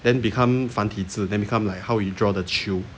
then become 繁体字 then become like how you draw the 球